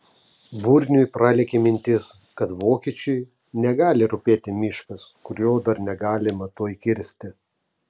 burniui pralėkė mintis kad vokiečiui negali rūpėti miškas kurio dar negalima tuoj kirsti